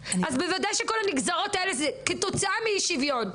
אז בוודאי שכל הנגזרות האלה זה כתוצאה מאי שוויון.